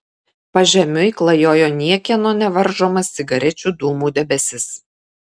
pažemiui klajojo niekieno nevaržomas cigarečių dūmų debesis